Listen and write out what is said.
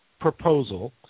proposal